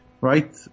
right